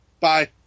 Bye